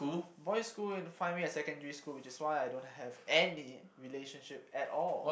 boys school in primary and secondary school which is why I don't have any relationship at all